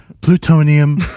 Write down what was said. plutonium